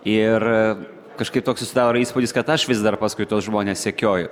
ir kažkaip toks susidaro įspūdis kad aš vis dar paskui tuos žmones sekioju